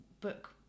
book